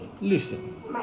Listen